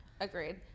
agreed